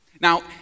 Now